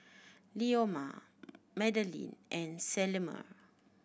Leoma Madilyn and Selmer